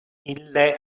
ille